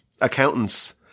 accountants